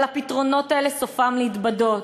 אבל הפתרונות האלה סופם להתבדות.